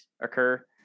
occur